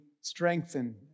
strengthen